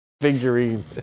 figurine